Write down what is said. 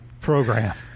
program